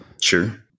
Sure